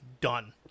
done